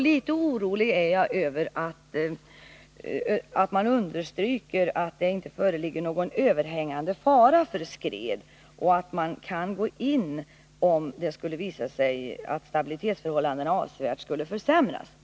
Litet orolig är jag över att man understryker att det inte föreligger någon överhängande fara för skred, och att man kan gå in om det skulle visa sig att stabilitetsförhållandena avsevärt skulle försämras.